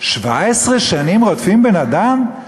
17 שנים רודפים בן-אדם?